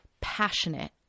passionate